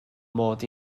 mod